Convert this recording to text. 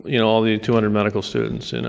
you know, all these two hundred medical students, and